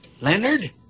Leonard